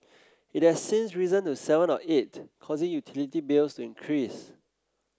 it has since risen to seven or eight causing utility bills to increase